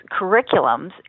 curriculums